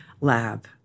lab